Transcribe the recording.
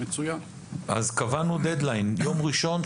אז קבענו דדליין יום ראשון,